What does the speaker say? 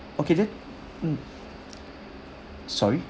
okay then mm sorry